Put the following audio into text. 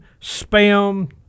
spam